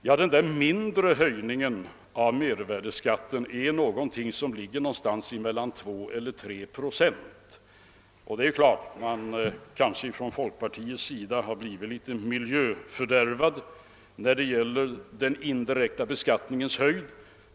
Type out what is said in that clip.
Ja, den där »mindre» höjningen av mervärdesskatten ligger någonstans mellan 2 och 3 procent. Och inom folkpartiet har man kanske blivit litet miljöfördärvad när det gäller den indirekta beskattningens höjd.